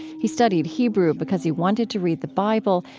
he studied hebrew because he wanted to read the bible,